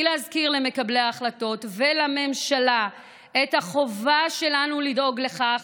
היא להזכיר למקבלי ההחלטות ולממשלה את החובה שלנו לדאוג לכך,